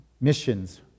missions